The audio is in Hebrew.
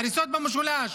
הריסות במשולש,